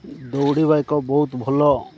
ଦୌଡ଼ିବାକୁ ବହୁତ ଭଲ